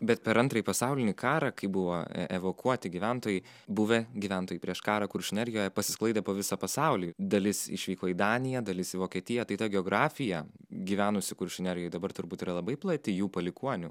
bet per antrąjį pasaulinį karą kai buvo evakuoti gyventojai buvę gyventojai prieš karą kuršių nerijoje pasisklaidę po visą pasaulį dalis išvyko į daniją dalis į vokietiją tai ta geografija gyvenusių kuršių nerijoj dabar turbūt yra labai plati jų palikuonių